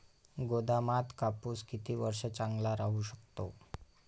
गोदामात कापूस किती वर्ष चांगला राहू शकतो?